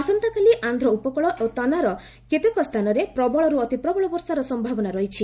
ଆସନ୍ତାକାଲି ଆନ୍ଧ୍ର ଉପକୃଳ ଏବଂ ତାନାର କେତେକ ସ୍ଥାନରେ ପ୍ରବଳରୁ ଅତିପ୍ରବଳ ବର୍ଷା ହେବାର ସମ୍ଭାବନା ରହିଛି